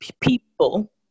people